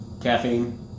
Caffeine